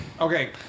Okay